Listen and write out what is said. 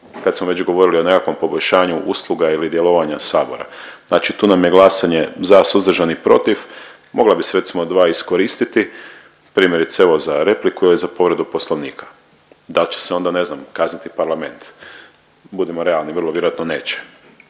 kad smo već govorili o nekakvom poboljšanju usluga ili djelovanja sabora. Znači tu nam je glasanje za suzdržan i protiv, mogla bi se recimo dva iskoristiti primjerice evo za repliku i ovaj za povredu Poslovnika, dal će se onda ne znam kazniti parlament? Budimo realni, vrlo vjerojatno neće,